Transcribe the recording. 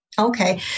Okay